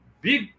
big